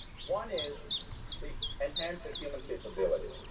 one is the enhanced acumen capability.